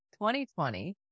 2020